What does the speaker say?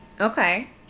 Okay